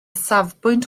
safbwynt